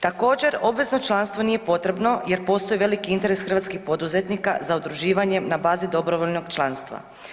Također obvezno članstvo nije potrebno jer postoji veliki interes hrvatskih poduzetnika za udruživanjem na bazi dobrovoljnog članstva.